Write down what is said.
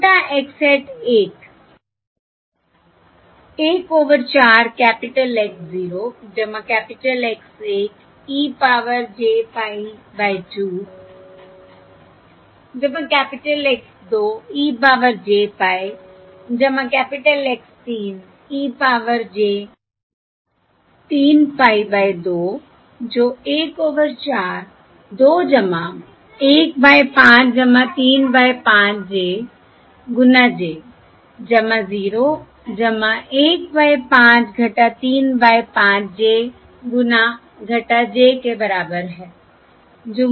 छोटा x hat 1 1 over 4 capital X 0 capital X1 e power j pie by 2 capital X 2 e power j pie capital X 3 e power j 3 pie by 2 जो 1 over 4 2 1 by 5 3 by 5 j गुणा j 0 1 by 5 3 by 5 j गुणा j के बराबर है